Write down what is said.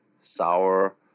sour